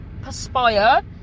perspire